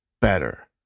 better